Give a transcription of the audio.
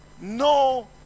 no